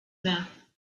mouth